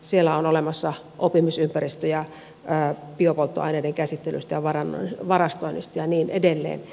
siellä on olemassa oppimisympäristöjä biopolttoaineiden käsittelystä ja varastoinnista ja niin edelleen